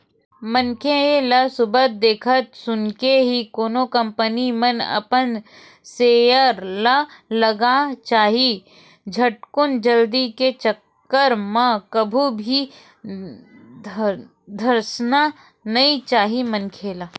मनखे ल सुबेवत देख सुनके ही कोनो कंपनी म अपन सेयर ल लगाना चाही झटकुन जल्दी के चक्कर म कहूं भी धसना नइ चाही मनखे ल